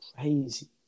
crazy